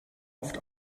oft